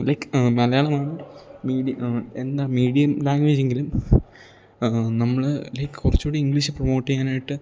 like മലയാളമാണ് medium എന്താ medium ലാങ്വേജെങ്കിലും നമ്മൾ ലൈക്ക് കുറച്ചു കൂടി ഇംഗ്ലീഷ് പ്രൊമോട്ട് ചെയ്യാനായിട്ട്